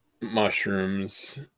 Mushrooms